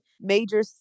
major